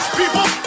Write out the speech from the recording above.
people